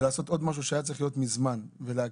ולעשות עוד משהו שהיה צריך לעשות מזמן ולהקל.